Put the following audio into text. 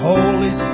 Holy